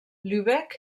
lübeck